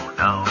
no